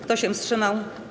Kto się wstrzymał?